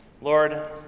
Lord